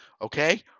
okay